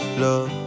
love